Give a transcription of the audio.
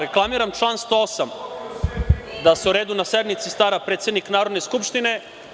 Reklamiram član 108, da se o redu na sednici stara predsednik Narodne skupštine.